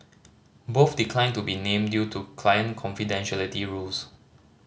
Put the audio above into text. both declined to be named due to client confidentiality rules